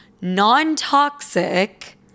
non-toxic